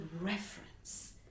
reference